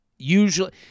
Usually